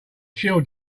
chill